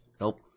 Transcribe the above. Nope